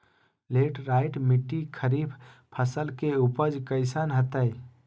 Laterite मिट्टी खरीफ फसल के उपज कईसन हतय?